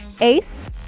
Ace